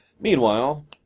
Meanwhile